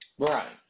Right